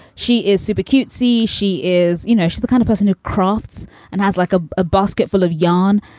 she is super cute. see, she is you know, she's the kind of person who crafts and has like a a basket full of yarn.